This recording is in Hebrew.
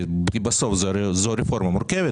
בסוף זו חקיקה מורכבת,